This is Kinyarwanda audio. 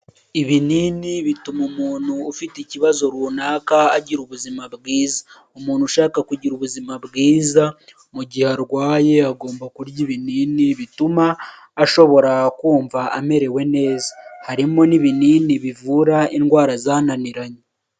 Ibinini bituma umuntu ufite ikibazo runaka agira ubuzima bwiza, umuntu ushaka kugira ubuzima bwiza mu gihe arwaye agomba kurya ibinini bituma ashobora kumva amerewe neza, harimo n'ibinini bivura indwara zananiranye.